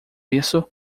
isso